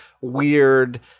weird